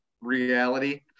reality